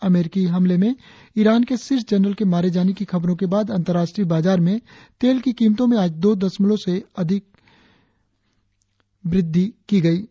अमरीकी हमले में ईरान के शीर्ष जनरल के मारे जाने की खबरों के बाद अंतर्राष्ट्रीय बाजार में तेल की कीमतों में आज दो प्रतिशत से अधिक की वृद्धि हुई है